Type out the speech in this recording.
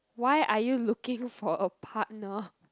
why are you looking for a partner